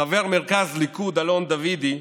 חבר מרכז הליכוד אלון דוידי,